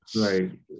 right